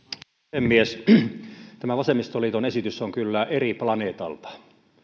puhemies tämä vasemmistoliiton esitys on kyllä eri planeetalta